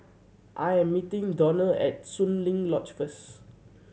I am meeting Donnell at Soon Lee Lodge first